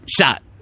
shot